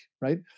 right